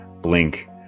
blink